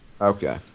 Okay